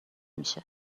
میشه